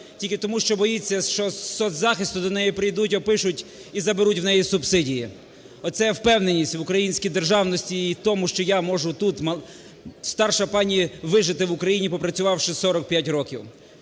тільки тому, що боїться, що з соцзахисту до неї прийдуть, опишуть і заберуть у неї субсидії. Оце впевненість в українській державності і в тому, що я можу тут, старша пані, вижити в Україні, пропрацювавши 45 років.